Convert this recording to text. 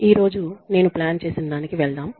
ఈ రోజు నేను ప్లాన్ చేసినదానికి వెళ్దాం